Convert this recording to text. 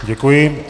Děkuji.